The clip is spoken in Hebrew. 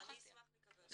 אני אשמח לקבל.